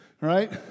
right